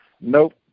Nope